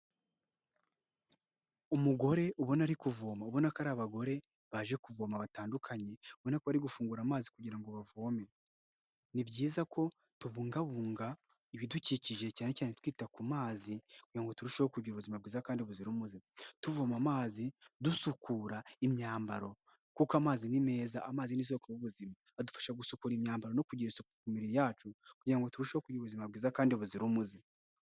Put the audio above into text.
Umugore ubona ari kuvoma ubona ko ari abagore baje kuvoma batandukanye, ubona ko bari gufungura amazi kugira ngo bavome. Ni byiza ko tubungabunga ibidukikije cyane cyane twita ku mazi kugira ngo turusheho kugira ubuzima bwiza kandi buzira umuze, tuvoma amazi dusukura imyambaro kuko amazi ni meza. Amazi ni isoko y'ubuzima, adufasha gusukura imyambaro no kugira isuku ku mibiri yacu, kugira ngo turusheho kugira ubuzima bwiza kandi buzira umuze.